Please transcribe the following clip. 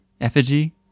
effigy